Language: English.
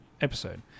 episode